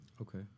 Okay